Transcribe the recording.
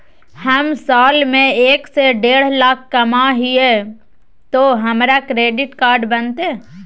हम साल में एक से देढ लाख कमा हिये तो हमरा क्रेडिट कार्ड बनते?